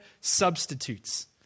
substitutes